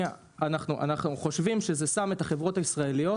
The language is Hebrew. אנחנו חושבים שזה שם את החברות הישראליות